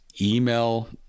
email